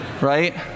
right